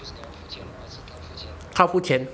他付钱